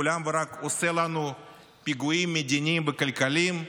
ורק עושה לנו פיגועים מדיניים וכלכליים,